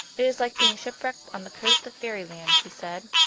it is like being shipwrecked on the coast of fairyland, he said,